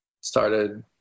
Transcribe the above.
started